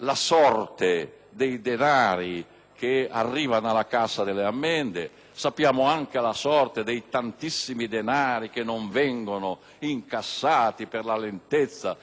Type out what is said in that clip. che arrivano alla Cassa delle ammende, sappiamo anche la sorte dei tantissimi denari che non vengono incassati per la lentezza di una particolare burocrazia.